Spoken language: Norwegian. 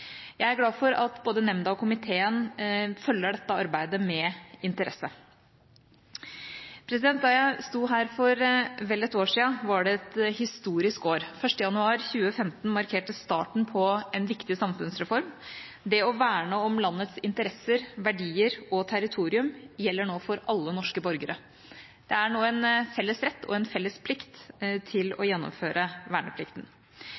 Jeg er glad for at både nemnda og komiteen følger dette arbeidet med interesse. Da jeg sto her for vel et år siden, var det et historisk år. Den 1. januar 2015 markerte starten på en viktig samfunnsreform. Det å verne om landets interesser, verdier og territorium gjelder nå for alle norske borgere. Det er nå en felles rett og en felles plikt til å gjennomføre verneplikten.